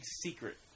secret